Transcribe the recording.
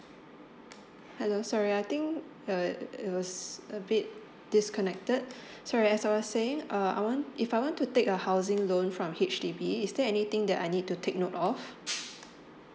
hello sorry I think uh it was a bit disconnected sorry as I was saying uh I want if I want to take a housing loan from H_D_B is there anything that I need to take note of